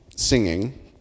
singing